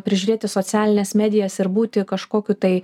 prižiūrėti socialines medijas ir būti kažkokiu tai